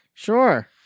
Sure